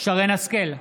שרן מרים השכל,